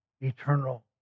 Eternal